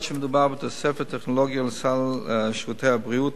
היות שמדובר בתוספת טכנולוגיה לסל שירותי הבריאות,